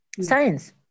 Science